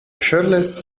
shirtless